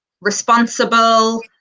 responsible